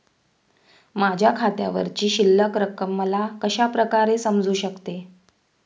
माझ्या खात्यावरची शिल्लक रक्कम मला कशा प्रकारे समजू शकते?